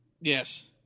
Yes